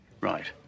right